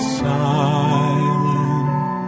silent